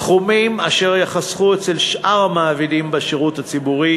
סכומים אשר ייחסכו אצל שאר המעבידים בשירות הציבורי